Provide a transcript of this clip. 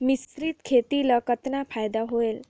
मिश्रीत खेती ल कतना फायदा होयल?